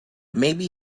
maybe